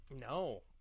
No